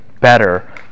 better